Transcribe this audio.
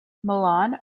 milan